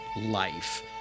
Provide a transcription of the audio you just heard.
life